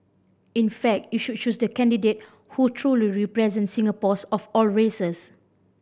in fact you should choose the candidate who truly represents Singaporeans of all races